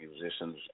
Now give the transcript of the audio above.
musicians